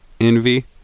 envy